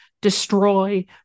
destroy